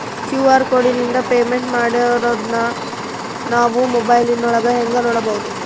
QR ಕೋಡಿಂದ payment ಮಾಡಿರೋದನ್ನ ನಾವು ಮೊಬೈಲಿನೊಳಗ ಹೆಂಗ ನೋಡಬಹುದು?